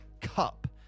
Cup